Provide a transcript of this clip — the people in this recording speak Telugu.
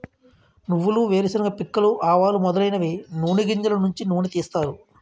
నువ్వులు వేరుశెనగ పిక్కలు ఆవాలు మొదలైనవి నూని గింజలు నుంచి నూనె తీస్తారు